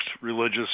religious